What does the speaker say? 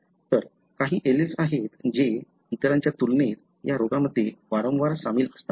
तर काही एलील्स आहेत जे इतरांच्या तुलनेत या रोगामध्ये वारंवार सामील असतात